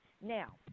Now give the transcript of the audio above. Now